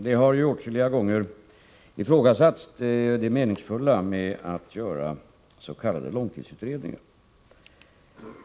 Herr talman! Man har åtskilliga gånger ifrågasatt det meningsfulla i att göra s.k. långtidsutredningar.